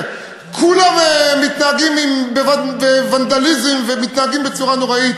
ותלמידים עומדים על השולחנות,